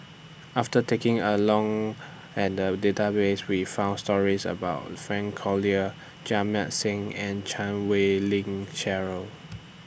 after taking A Look At The Database We found stories about Frank Cloutier Jamit Singh and Chan Wei Ling Cheryl